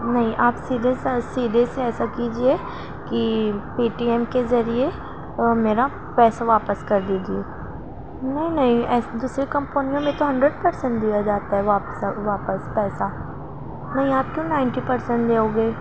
نہیں آپ سیدھے سے سیدھے سے ایسا کیجیے کہ پے ٹی ایم کے ذریعہ وہ میرا پیسہ واپس کر دیجیے نہیں نہیں دوسری کمپنیوں میں تو ہنڈریڈ پرسینٹ دیا جاتا ہے واپس واپس پیسہ نہیں آپ کیوں نائنٹی پرسینٹ دو گے